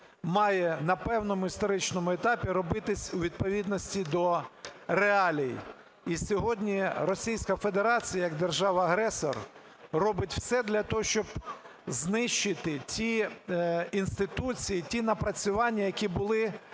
має на певному історичному етапі робитися у відповідності до реалій. І сьогодні Російська Федерація як держава-агресор робить все для того, щоб знищити ті інституції, ті напрацювання, які були